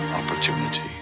opportunity